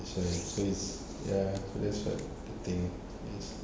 that's why so it's ya that's what the thing is